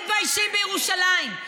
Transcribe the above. מי נולד בירושלים פה?